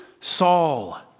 Saul